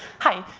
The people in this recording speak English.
hi,